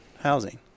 housing